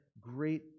great